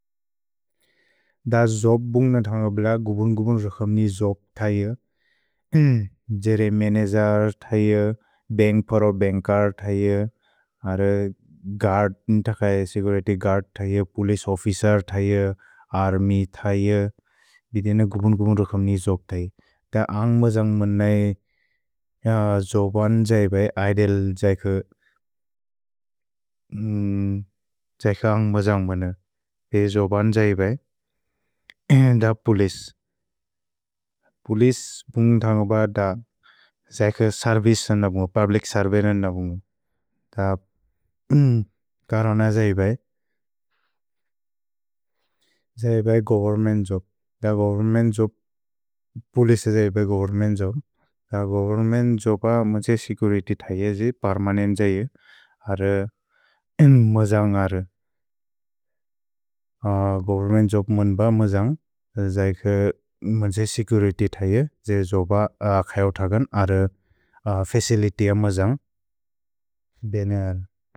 द द्जोब् बुन्ग्न थन्ग बिल गुबुन्-गुबुन् रक्सम्नि द्जोब् थैअ, जेरे मनगेर् थैअ, बेन्ग् परओ बेन्ग्कर् थैअ, अरे सेचुरित्य् गुअर्द् थैअ, पोलिचे ओफ्फिचेर् थैअ, अर्म्य् थैअ, बिदेन गुबुन्-गुबुन् रक्सम्नि द्जोब् थैअ। द आन्ग्बजन्ग्मन् नै द्जोबन् जैबै ऐदेल् जैक, जैक आन्ग्बजन्ग्मन् न, दे द्जोबन् जैबै, द पोलिचे, पोलिचे बुन्ग थन्ग ब द जैक सेर्विचे थन्ग बुन्ग, पुब्लिच् सुर्वेइल्लन्चे थन्ग बुन्ग, त करन जैबै। जैबै गोवेर्न्मेन्त् द्जोब्, द गोवेर्न्मेन्त् द्जोब्, पोलिचे जैबै गोवेर्न्मेन्त् द्जोब्, द गोवेर्न्मेन्त् द्जोब् ब मज् सेचुरित्य् थैअ, जेरे पेर्मनेन्त् जैअ, अरे मजन्ग् अरे, गोवेर्न्मेन्त् द्जोब् मुन्ब मजन्ग्, जैक मज् सेचुरित्य् थैअ। जेरे द्जोब् ब खयओ थगन्, अरे फचिलित्य् य मजन्ग्, बेने अरे।